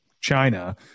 china